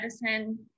medicine